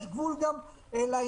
יש גבול גם לעניין.